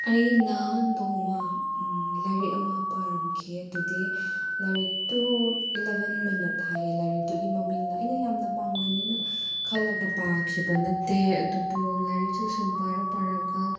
ꯑꯩꯅ ꯅꯣꯡꯃ ꯂꯥꯏꯔꯤꯛ ꯑꯃ ꯄꯥꯔꯝꯈꯤ ꯑꯗꯨꯗꯤ ꯂꯥꯏꯔꯤꯛꯇꯨ ꯑꯦꯂꯕꯦꯟ ꯃꯤꯅꯠ ꯍꯥꯏꯌꯦ ꯂꯥꯏꯔꯤꯛꯇꯨꯒꯤ ꯃꯃꯤꯡꯅ ꯑꯩꯅ ꯌꯥꯝꯅ ꯄꯥꯝꯒꯅꯤꯅ ꯈꯜꯂꯒ ꯄꯥꯈꯤꯕ ꯅꯠꯇꯦ ꯑꯗꯨꯕꯨ ꯂꯥꯏꯔꯤꯛꯇꯨ ꯁꯨꯝ ꯄꯥꯔ ꯄꯥꯔꯒ